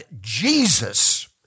Jesus